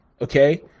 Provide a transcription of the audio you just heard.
okay